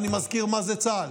ואני מזכיר מה זה צה"ל,